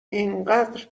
اینقدر